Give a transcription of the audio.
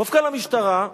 מפכ"ל המשטרה,